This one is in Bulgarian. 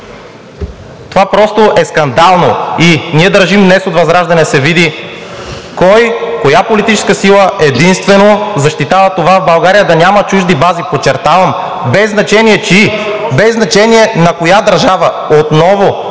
Това просто е скандално! Ние от ВЪЗРАЖДАНЕ държим днес да се види кой, коя политическа сила единствено защитава това в България да няма чужди бази – подчертавам – без значение чии, без значение на коя държава. Отново